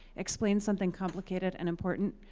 explain something complicated and important,